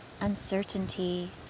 uncertainty